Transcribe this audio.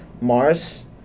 Mars